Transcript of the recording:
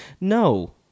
No